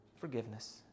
forgiveness